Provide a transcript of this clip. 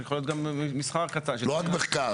יכול להיות גם מסחר קטן --- לא רק מחקר.